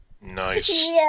Nice